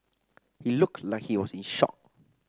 he looked like he was in shock